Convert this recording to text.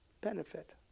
benefit